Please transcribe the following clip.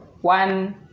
One